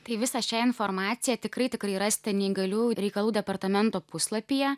tai visą šią informaciją tikrai tikrai rasite neįgaliųjų reikalų departamento puslapyje